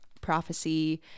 prophecy